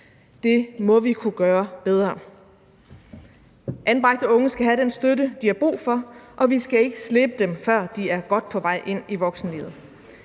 Det må vi kunne gøre bedre. Anbragte unge skal have den støtte, de har brug for, og vi skal ikke slippe dem, før de er godt på vej ind i voksenlivet.